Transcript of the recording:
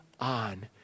On